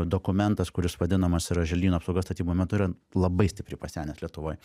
dokumentas kuris vadinamas yra želdynų apsauga statybų metu yra labai stipriai pasenęs lietuvoj